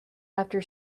after